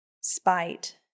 spite